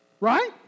right